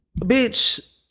Bitch